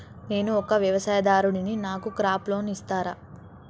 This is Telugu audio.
నేను ఒక వ్యవసాయదారుడిని నాకు క్రాప్ లోన్ ఇస్తారా?